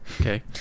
Okay